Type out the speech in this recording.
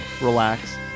relax